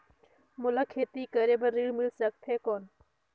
मोला खेती करे बार ऋण मिल सकथे कौन?